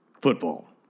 Football